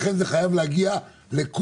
לכן זה חייב להגיע לכולם,